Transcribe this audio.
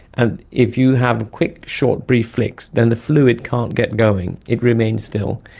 and if you have quick, short, brief flicks, then the fluid can't get going, it remains still.